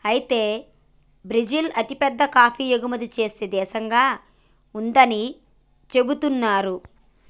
అయితే బ్రిజిల్ అతిపెద్ద కాఫీ ఎగుమతి సేనే దేశంగా ఉందని సెబుతున్నారు